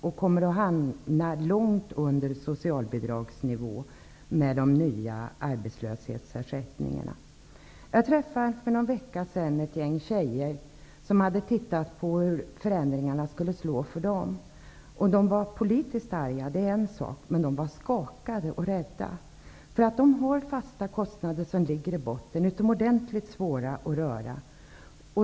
De kommer att hamna långt under socialbidragsnivå med de nya arbetslöshetsersättningarna. Jag träffade för någon vecka sedan ett gäng tjejer som hade tittat på hur förändringarna skulle slå för dem. De var politiskt arga, det är en sak, men de var också skakade och rädda. De här tjejerna har nämligen fasta kostnader i botten som det är utomordentligt svårt att röra i.